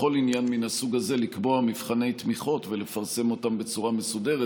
בכל עניין מן הסוג הזה לקבוע מבחני תמיכות ולפרסם אותם בצורה מסודרת.